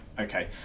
okay